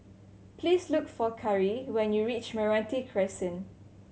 please look for Kari when you reach Meranti Crescent